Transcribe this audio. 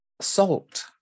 salt